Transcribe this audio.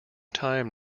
time